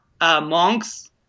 monks